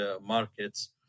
markets